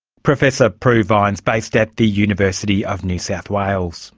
professor prue vines, based at the university of new south wales